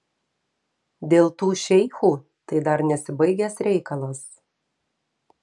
dėl tų šeichų tai dar nesibaigęs reikalas